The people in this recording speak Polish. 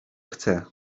chce